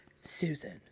Susan